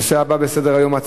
בעד, 10, מתנגד אחד, אין נמנעים.